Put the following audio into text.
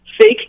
fake